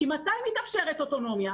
מתי מתאפשרת אוטונומיה?